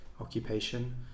occupation